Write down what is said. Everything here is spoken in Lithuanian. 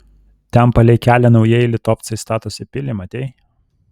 ten palei kelią naujieji litovcai statosi pilį matei